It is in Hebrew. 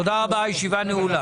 תודה רבה, הישיבה נעולה.